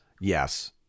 Yes